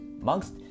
amongst